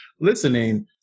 Listening